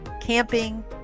camping